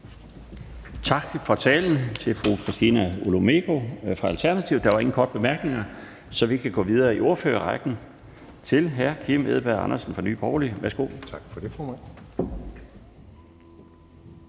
Tak for talen til fru Christina Olumeko fra Alternativet. Der er ikke nogen korte bemærkninger, så vi kan gå videre i ordførerrækken til hr. Kim Edberg Andersen fra Nye Borgerlige. Værsgo. Kl.